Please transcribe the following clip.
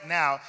now